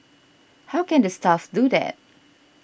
how can the staff do that